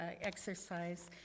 exercise